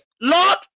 Lord